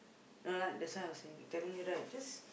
no that's why I was saying telling you right just